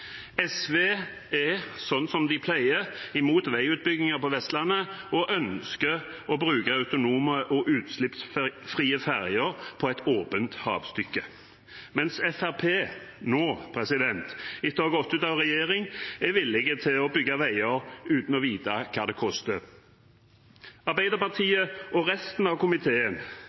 SV er, som de pleier, imot veiutbygginger på Vestlandet og ønsker å bruke autonome og utslippsfrie ferjer på et åpent havstykke, mens Fremskrittspartiet nå, etter å ha gått ut av regjering, er villige til å bygge veier uten å vite hva det koster. Arbeiderpartiet og resten av komiteen